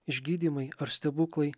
išgydymai ar stebuklai